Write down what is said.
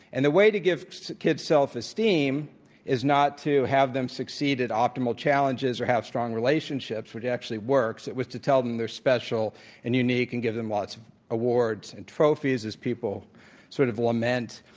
and the way to give kids self-esteem is not to have them succeed at optimal challenges or have strong relationships, which actually works, it was to tell them they're special and unique and give them lots of awards and trophies as people sort of lament.